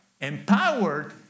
Empowered